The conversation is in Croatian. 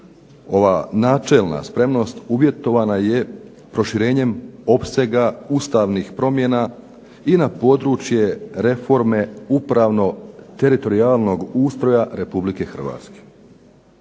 ova načelna spremnost uvjetovana je proširenjem opsega ustavnih promjena i na područje reforme upravno teritorijalnog ustroja Republike Hrvatske.